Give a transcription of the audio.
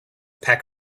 pack